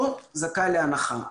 לא זכאי להנחה.